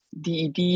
DED